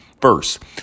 first